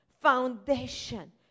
foundation